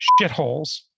shitholes